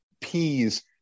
peas